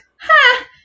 Ha